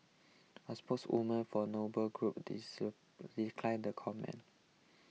a spokeswoman for Noble Group declined the comment